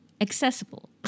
accessible